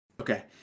Okay